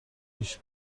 پیش